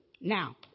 Now